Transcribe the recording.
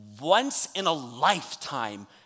once-in-a-lifetime